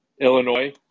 Illinois